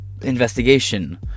investigation